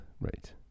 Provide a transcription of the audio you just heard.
right